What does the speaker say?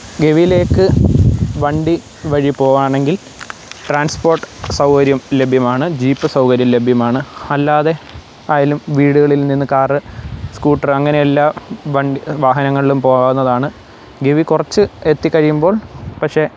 ഗവിയിലേക്ക് വണ്ടി വഴി പോവുകയാണെങ്കില് ട്രാന്സ്പ്പോട്ട് സൗകര്യം ലഭ്യമാണ് ജീപ്പ് സൗകര്യം ലഭ്യമാണ് അല്ലാതെ ആയാലും വീടുകളില് നിന്ന് കാറ് സ്കൂട്ടറ് അങ്ങനെ എല്ലാ വണ്ടി വാഹനങ്ങളിലും പോകാവുന്നതാണ് ഗവി കുറച്ച് എത്തി കഴിയുമ്പോള് പക്ഷേ